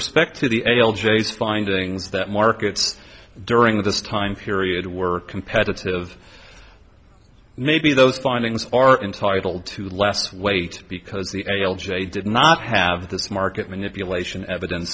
respect to the a l j finding that markets during this time period were competitive maybe those findings are entitled to less weight because the a l j did not have this market manipulation evidence